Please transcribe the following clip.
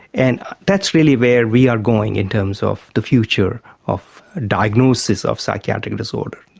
and that's really where we are going in terms of the future of diagnosis of psychiatric disorder,